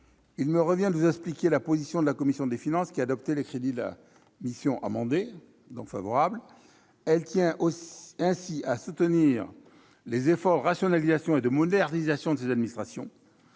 il me revient de vous exposer la position de la commission des finances, qui a adopté les crédits de la mission amendés. Elle y est donc favorable. Ce faisant, elle manifeste son soutien aux efforts de rationalisation et de modernisation de ces administrations.